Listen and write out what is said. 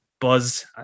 Buzz